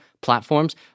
platforms